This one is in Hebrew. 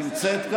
לא נמצאת,